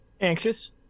Anxious